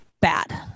bad